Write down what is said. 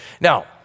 Now